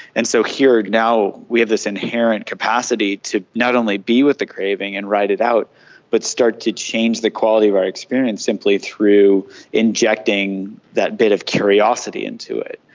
and so here now we have this inherent capacity to not only be with the craving and ride it out but start to change the quality of our experience simply through injecting that bit of curiosity into it.